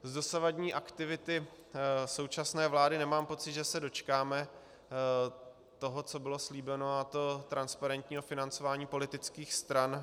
Z dosavadní aktivity současné vlády nemám pocit, že se dočkáme toho, co bylo slíbeno, a to transparentního financování politických stran.